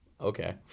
okay